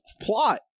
plot